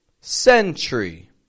Sentry